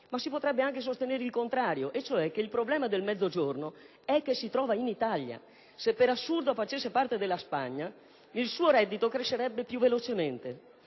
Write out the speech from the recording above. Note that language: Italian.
si potrebbe sostenere anche il contrario, ossia che il problema del Mezzogiorno è che si trova in Italia; se per assurdo facesse parte della Spagna, il suo reddito crescerebbe più velocemente.